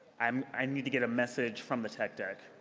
um i need to get a message from the tech deck.